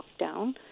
lockdown